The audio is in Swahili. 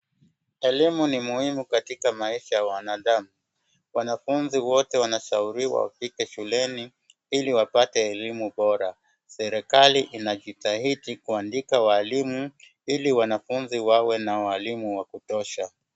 Elimu ni muhimu katika maisha ya wanadamu, wanafunzi wote wanashauriwa wafike shuleni ili wapate elimu bora. Serikali inajitahidi kuandika walimu ili wanafunzi wawe na walimu wa kutosha.